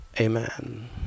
amen